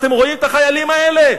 אתם רואים את החיילים האלה?